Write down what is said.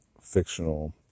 fictional